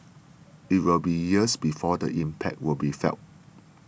it will be years before the impact will be felt